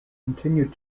continued